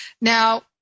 Now